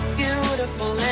beautiful